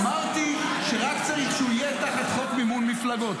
אמרתי שרק צריך שהוא יהיה תחת חוק מימון מפלגות,